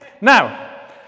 Now